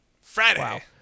Friday